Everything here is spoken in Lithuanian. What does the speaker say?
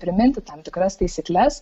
priminti tam tikras taisykles